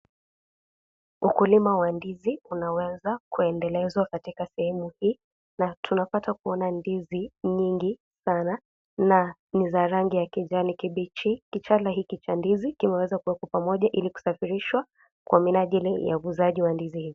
Ukulima wa ndizi, unaweza kuendelezwa katika sehemu hii ,na tunapata kuona ndizi, nyingi sana na ni za rangi ya kijani kibichi .Kichala hiki cha ndizi kimeweza kuekwa pamoja ili kusafirishwa kwa minajiri ya uuzaji wa ndizi hizi.